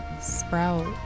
sprout